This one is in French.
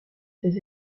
ces